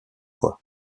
fois